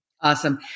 Awesome